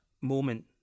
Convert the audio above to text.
moment